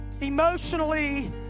emotionally